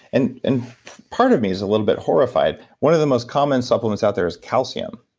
and and part of me is a little bit horrified. one of the most common supplements out there is calcium.